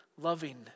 loving